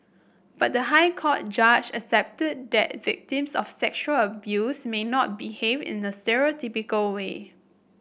but the High Court judge accepted that victims of sexual abuse may not behave in a way